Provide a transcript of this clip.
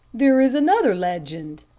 there is another legend,